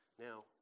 Now